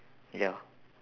ya